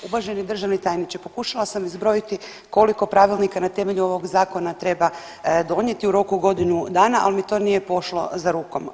Uvaženi državni tajniče pokušala sam izbrojiti koliko pravilnika na temelju ovog zakona treba donijeti u roku godinu dana, ali mi to nije pošlo za rukom.